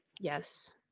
yes